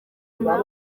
nka